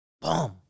Boom